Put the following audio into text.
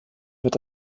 wird